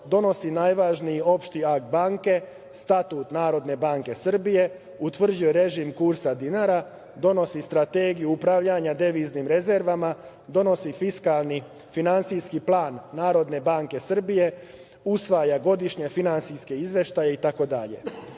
donosi najvažniji opšti akt banke – Statut Narodne banke Srbije, utvrđuje režim kursa dinara, donosi strategiju upravljanja deviznim rezervama, donosi fiskalni finansijski plan NBS, usvaja godišnje finansijske izveštaje